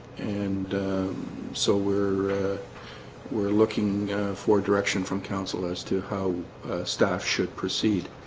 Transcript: and so we're we're looking for direction from council as to how staff should proceed